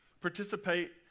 Participate